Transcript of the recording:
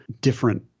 different